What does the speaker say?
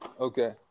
Okay